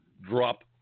drop